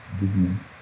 business